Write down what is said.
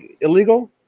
illegal